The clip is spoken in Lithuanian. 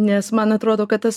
nes man atrodo kad tas